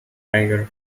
tiger